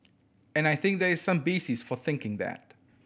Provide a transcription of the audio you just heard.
and I think there is some basis for thinking that